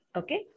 okay